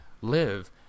live